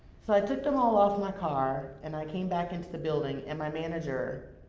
so i took them all off of my car, and i came back into the building, and my manager,